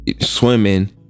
Swimming